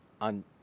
on